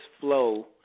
flow